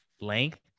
length